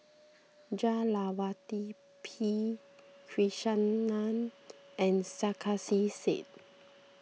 Jah Lelawati P Krishnan and Sarkasi Said